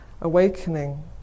awakening